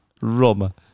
Roma